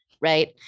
right